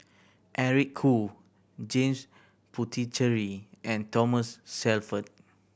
Eric Khoo James Puthucheary and Thomas Shelford